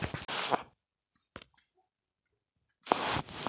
बंधपत्र बाज़ार पर काफी हद तक संयुक्त राज्य अमेरिका का दबदबा रहा है